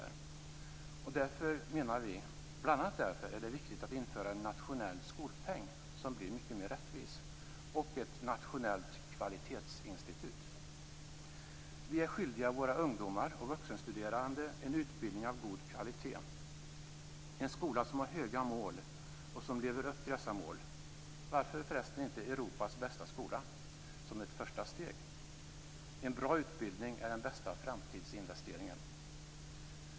Bl.a. därför menar vi att det är viktigt att införa en nationell skolpeng som blir mycket mer rättvis och ett nationellt kvalitetsinstitut. Vi är skyldiga våra ungdomar och vuxenstuderande en utbildning av god kvalitet, en skola som har höga mål och som lever upp till dessa mål - varför inte Europas bästa skola som ett första steg? En bra utbildning är den bästa framtidsinvesteringen.